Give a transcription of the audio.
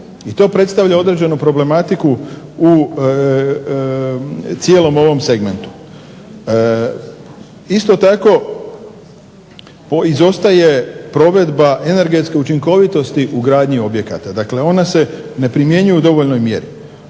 I to predstavlja određenu problematiku i cijelom ovom segmentu. Isto tako, izostaje provedbe energetske učinkovitosti u gradnji objekata. Dakle, ona se ne primjenjuje u dovoljnoj mjeri.